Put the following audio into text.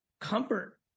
comfort